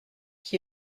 qui